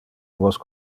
vos